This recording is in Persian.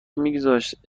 میگذشت